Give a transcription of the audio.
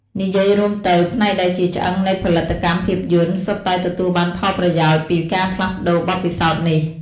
និយាយរួមទៅ ផ្នែកដែលជាឆ្អឹងនៃផលិតកម្មភាពយន្ត សុទ្ធតែទទួលបានផលប្រយោជន៍ពីការផ្លាស់ប្តូរបទពិសោធន៍នេះ។